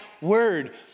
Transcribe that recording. Word